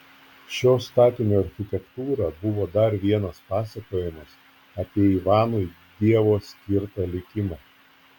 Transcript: šio statinio architektūra buvo dar vienas pasakojimas apie ivanui dievo skirtą likimą